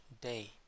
day